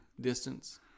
Distance